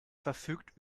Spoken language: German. verfügt